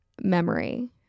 memory